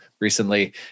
recently